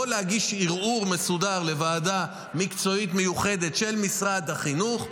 הוא יכול להגיש ערעור מסודר לוועדה מקצועית מיוחדת של משרד החינוך,